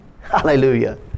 Hallelujah